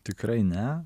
tikrai ne